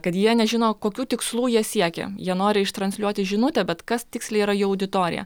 kad jie nežino kokių tikslų jie siekia jie nori iš transliuoti žinutę bet kas tiksliai yra jų auditorija